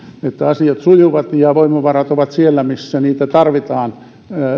asiat sujuvat ja voimavarat ovat riittävät siellä missä niitä tarvitaan